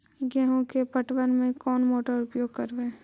गेंहू के पटवन में कौन मोटर उपयोग करवय?